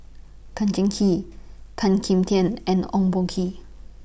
Tan Cheng Kee Tan Kim Tian and Ong Boh Kee